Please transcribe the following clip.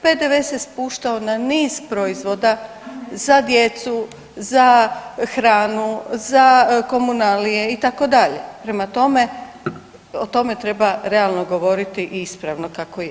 PDV se spuštao na niz proizvoda za djecu, za hranu, za komunalije, itd., prema tome, o tome treba realno govoriti i ispravno, kako je.